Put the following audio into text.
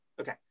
Okay